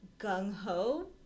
gung-ho